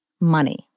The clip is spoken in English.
Money